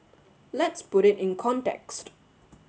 let's put it in context